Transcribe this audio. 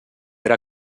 era